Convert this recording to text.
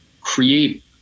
create